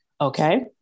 Okay